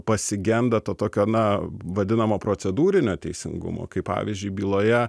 pasigenda to tokio na vadinamo procedūrinio teisingumo kaip pavyzdžiui byloje